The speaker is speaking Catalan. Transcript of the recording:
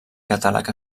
catàleg